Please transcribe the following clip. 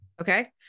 Okay